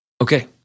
Okay